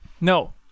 No